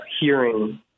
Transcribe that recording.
hearing